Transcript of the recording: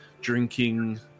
drinking